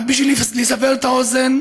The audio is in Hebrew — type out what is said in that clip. רק כדי לסבר את האוזן,